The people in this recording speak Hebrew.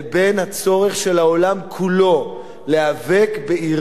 ובין הצורך של העולם כולו להיאבק באירן,